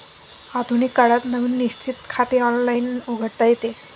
आधुनिक काळात नवीन निश्चित खाते ऑनलाइन उघडता येते